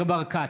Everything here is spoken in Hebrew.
בעד ניר ברקת,